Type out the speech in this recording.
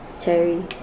Cherry